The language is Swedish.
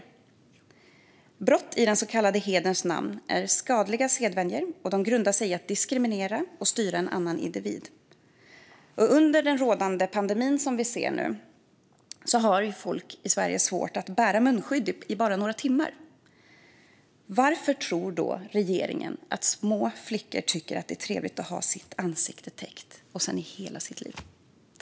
Brott i den så kallade hederns namn är skadliga sedvänjor och grundar sig på att diskriminera och styra en annan individ. Under rådande pandemi ser vi hur folk har svårt att bära munskydd i bara några timmar. Hur kan regeringen då tro att flickor tycker att det är trevligt att ha sitt ansikte täckt nu och i hela livet?